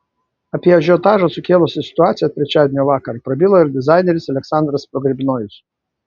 apie ažiotažą sukėlusią situaciją trečiadienio vakarą prabilo ir dizaineris aleksandras pogrebnojus